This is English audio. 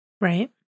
right